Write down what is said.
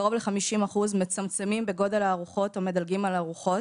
קרוב ל-50% מצמצמים בגודל הארוחות או מדלגים על ארוחות.